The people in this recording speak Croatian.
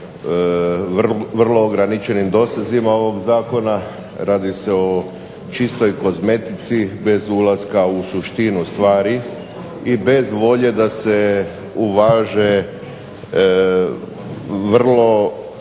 vrlo ograničenim dosezima ovog zakona, radi se o čistoj kozmetici bez ulaska u suštinu stvari i bez volje da se uvaže vrlo